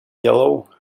yellow